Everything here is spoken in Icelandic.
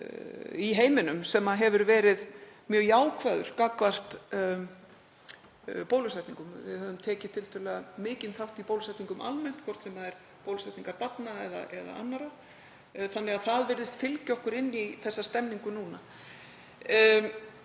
í heiminum sem hefur verið mjög jákvæður gagnvart bólusetningum. Við höfum tekið tiltölulega mikinn þátt í bólusetningum almennt, hvort sem það eru bólusetningar barna eða annarra, þannig að það virðist fylgja okkur inn í þessa stemningu núna.